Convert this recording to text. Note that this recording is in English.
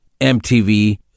MTV